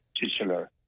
titular